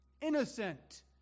Innocent